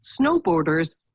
snowboarders